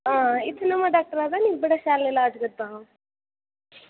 इत्थें नमां डॉक्टर आयो दा नी बड़ा शैल साज़ करदा ओह्